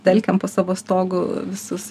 telkiam po savo stogu visus